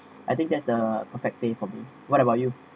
I think that's the perfect day for me what about you